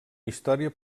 història